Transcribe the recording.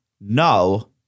No